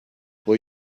will